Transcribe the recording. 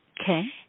Okay